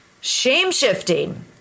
Shame-shifting